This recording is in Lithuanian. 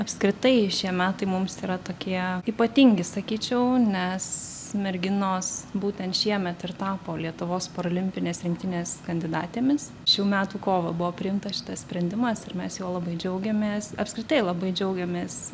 apskritai šie metai mums yra tokie ypatingi sakyčiau nes merginos būtent šiemet ir tapo lietuvos paralimpinės rinktinės kandidatėmis šių metų kovą buvo priimtas šitas sprendimas ir mes juo labai džiaugiamės apskritai labai džiaugiamės